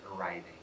arriving